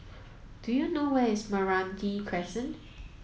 do you know where is Meranti Crescent